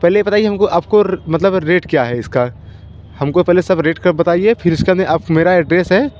पहले ये पताइए हम को आप का मतलब रेट क्या है इसका हम को पहले सब रेट का बताइए फिर इसके बाद में आप मेरा एड्रैस है